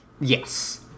Yes